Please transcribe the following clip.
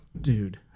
dude